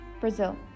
Brazil